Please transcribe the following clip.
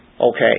okay